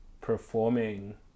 performing